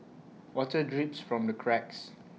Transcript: water drips from the cracks